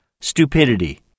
Stupidity